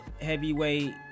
heavyweight